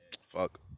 Fuck